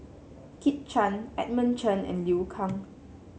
Kit Chan Edmund Chen and Liu Kang